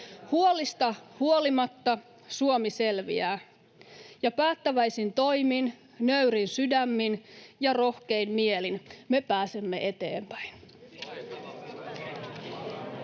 Huolista huolimatta Suomi selviää, ja päättäväisin toimin, nöyrin sydämin ja rohkein mielin me pääsemme eteenpäin.